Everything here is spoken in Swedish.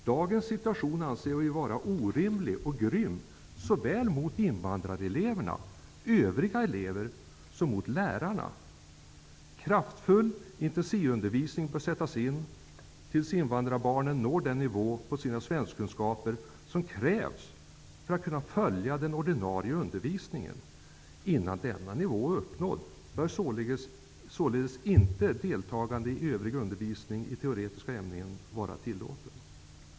Dagens situation anser vi vara orimlig och grym såväl mot invandrareleverna som mot övriga elever och lärarna. Kraftfull intensivundervisning bör sättas in tills invandrarbarnen når den nivå på sina svenskkunskaper som krävs för att de skall kunna följa den ordinarie undervisningen. Innan denna nivå är uppnådd bör således inte deltagande i övrig undervisning i teoretiska ämnen vara tillåtet.